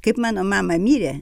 kaip mano mama mirė